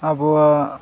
ᱟᱵᱚᱣᱟᱜ